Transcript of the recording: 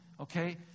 okay